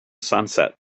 sunset